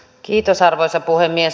kiitos arvoisa puhemies